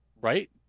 Right